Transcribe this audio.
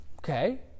Okay